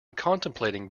contemplating